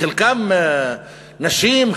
חלקם נשים,